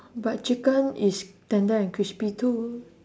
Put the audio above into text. but chicken is tender and crispy too